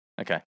Okay